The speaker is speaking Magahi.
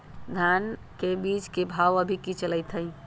धान के बीज के भाव अभी की चलतई हई?